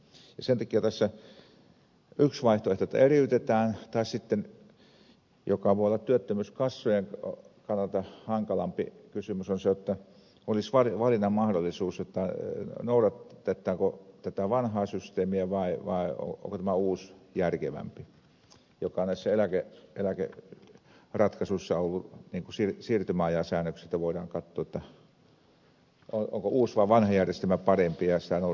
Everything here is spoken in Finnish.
sen takia tässä yksi vaihtoehto on että eriytetään tai sitten mikä voi olla työttömyyskassojen kannalta hankalampi kysymys on se jotta olisi valinnan mahdollisuus noudatettaisiinko tätä vanhaa systeemiä vai onko tämä uusi järkevämpi niin kuin näissä eläkeratkaisuissa on että siirtymäajan säännöksistä voidaan katsoa onko uusi vai vanha järjestelmä parempi ja sitä noudatetaan sitten